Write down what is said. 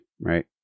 right